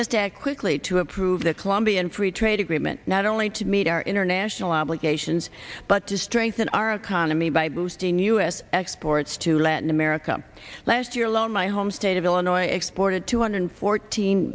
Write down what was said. must act quickly to approve the colombian free trade agreement not only to meet our international obligations but to strengthen our economy by boosting u s exports to latin america last year alone my home state of illinois exported two hundred fourteen